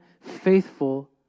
faithful